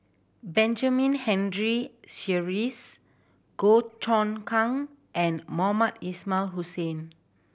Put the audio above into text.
Benjamin Henry Sheares Goh Choon Kang and Mohamed Ismail Hussain